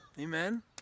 Amen